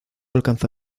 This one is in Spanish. alcanza